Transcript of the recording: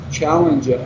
challenge